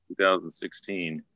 2016